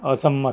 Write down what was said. અસંમત